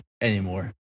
anymore